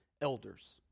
elders